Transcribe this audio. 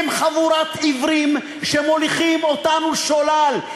הם חבורת עיוורים שמוליכים אותנו שולל.